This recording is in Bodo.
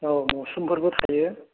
औ मोस्रोमफोरबो थायो